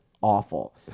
awful